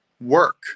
work